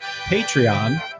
Patreon